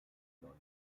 dans